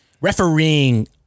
Refereeing